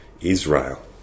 Israel